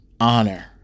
honor